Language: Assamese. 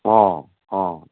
অ অ